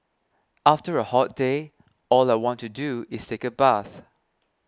after a hot day all I want to do is take a bath